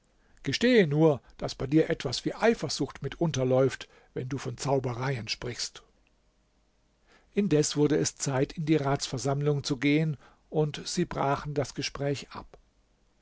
gestehe nur daß bei dir etwas wie eifersucht mit unterläuft wenn du von zaubereien sprichst indes wurde es zeit in die ratsversammlung zu gehen und sie brachen das gespräch ab